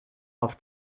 auf